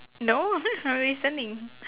no I'm listening